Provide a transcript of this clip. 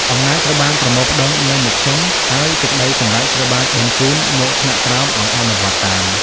អំណាចត្រូវបានប្រមូលផ្ដុំនៅមជ្ឈិម ហើយសេចក្ដីសម្រេចត្រូវបានបញ្ជូនមកថ្នាក់ក្រោមឱ្យអនុវត្តតាម។